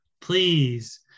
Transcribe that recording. please